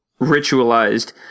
ritualized